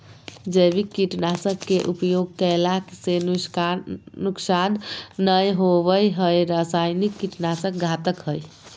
जैविक कीट नाशक के उपयोग कैला से नुकसान नै होवई हई रसायनिक कीट नाशक घातक हई